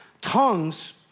tongues